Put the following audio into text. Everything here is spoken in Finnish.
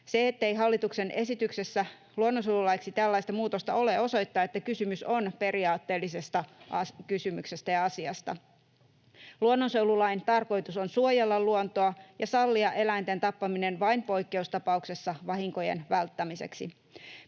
Se, ettei hallituksen esityksessä luonnonsuojelulaiksi tällaista muutosta ole, osoittaa, että kysymys on periaatteellisesta kysymyksestä ja asiasta. Luonnonsuojelulain tarkoitus on suojella luontoa ja sallia eläinten tappaminen vain poikkeustapauksessa vahinkojen välttämiseksi.